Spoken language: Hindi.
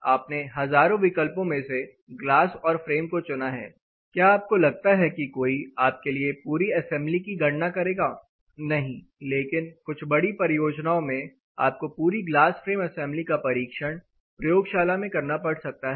आपने हजारों विकल्पों में से ग्लास और फ्रेम को चुना है क्या आपको लगता है कि कोई आपके लिए पूरी असेंबली की गणना करेगा नहीं लेकिन कुछ बड़ी परियोजनाओं में आपको पूरी ग्लास फ्रेम असेंबली का परीक्षण प्रयोगशाला में करना पड़ सकता है